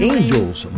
Angels